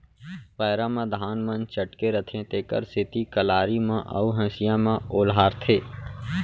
पैरा म धान मन चटके रथें तेकर सेती कलारी म अउ हँसिया म ओलहारथें